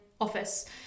office